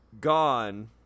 Gone